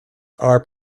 are